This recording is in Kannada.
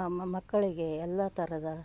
ಆ ಮಕ್ಕಳಿಗೆ ಎಲ್ಲ ಥರದ